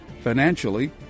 financially